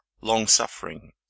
long-suffering